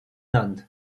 land